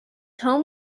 home